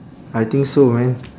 I think so man